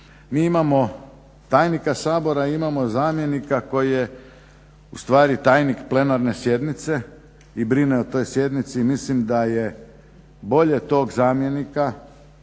Mi imamo tajnika Sabora imamo zamjenika koji je ustvari tajnik Plenarne sjednice i brine o toj sjednici. I mislim da je bolje tog zamjenika